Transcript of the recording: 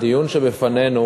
הדיון שבפנינו